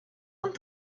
und